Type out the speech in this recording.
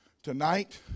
Tonight